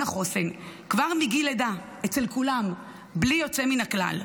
החוסן כבר מגיל לידה אצל כולם בלי יוצא מן הכלל,